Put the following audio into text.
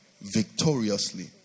victoriously